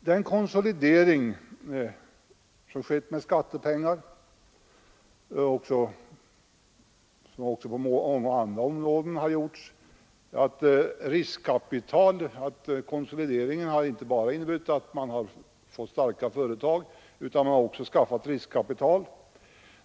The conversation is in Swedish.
Den konsolidering som skett med skattepengar har inte bara inneburit att man fått starka företag, utan man har också skaffat riskkapital.